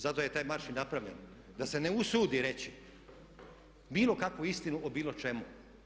Zato je taj marš i napravljen da se ne usudi reći bilo kakvu istinu o bilo čemu.